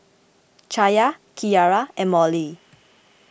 Chaya Kiara and Mollie